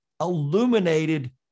illuminated